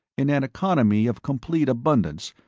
in an economy of complete abundance,